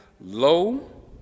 Lo